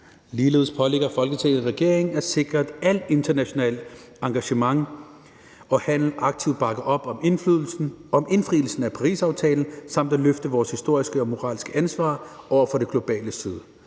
Ligeledes pålægger Folketinget regeringen at sikre, at alt internationalt engagement og al international handel aktivt bakker op om indfrielsen af Parisaftalen, samt at løfte vores historiske og moralske ansvar over for det globale syd.